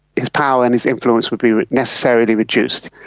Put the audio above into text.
his power and his influence would be necessarily produced.